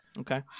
Okay